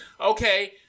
Okay